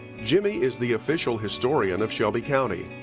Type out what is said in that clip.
jimmy is the official historian of shelby county.